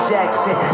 Jackson